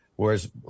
whereas